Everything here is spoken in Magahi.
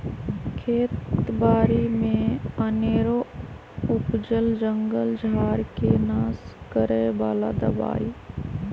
खेत बारि में अनेरो उपजल जंगल झार् के नाश करए बला दबाइ